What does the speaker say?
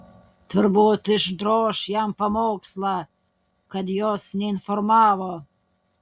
turbūt išdroš jam pamokslą kad jos neinformavo